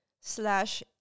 slash